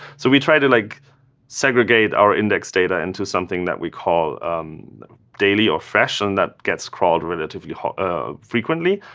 so we try to like segregate our index data into something that we call daily or fresh, and that gets called relatively ah frequently.